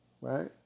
right